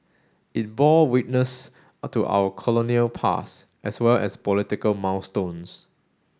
it bore witness to our colonial past as well as political milestones